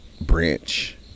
branch